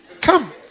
Come